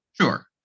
sure